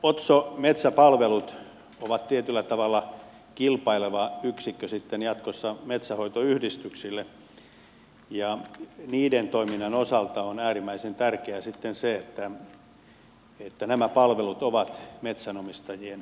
otso metsäpalvelut on tietyllä tavalla kilpaileva yksikkö sitten jatkossa metsänhoitoyhdistyksille ja niiden toiminnan osalta on sitten äärimmäisen tärkeää että nämä palvelut ovat metsänomistajien tiedossa